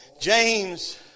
James